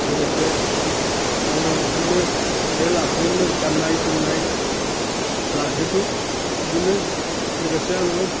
लोगोसे आङो बिदिनो बे लाबजोंनो गान्नाय जोमनाय लाजोबो बिदिनो लोगोसे आङो